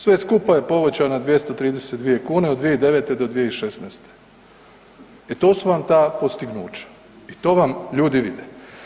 Sve skupa je povećano na 232 kune od 2009. do 2016., e to su vam ta postignuća i to vam ljudi vide.